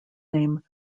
name